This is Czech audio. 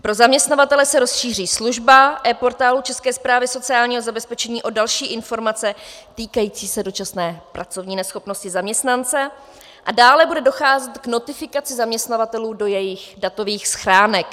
Pro zaměstnavatele se rozšíří služba ePortálu České správy sociálního zabezpečení o další informace týkající se dočasné pracovní neschopnosti zaměstnance a dále bude docházet k notifikaci zaměstnavatelů do jejich datových schránek.